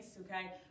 okay